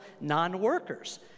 non-workers